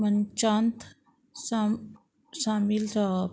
मनशांत सा सामील जावप